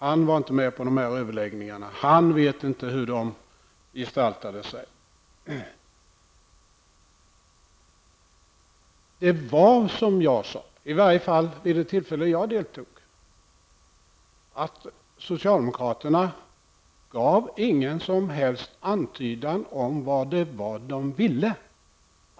Han deltog inte i överläggningarna och vet inte hur de gestaltade sig. Vid det tillfälle då jag deltog i förhandlingarna gav inte socialdemokraterna någon som helst antydan om vad de ville.